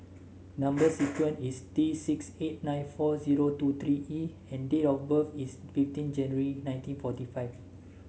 number sequence is T six eight nine four zero two three E and date of birth is fifteen January nineteen forty five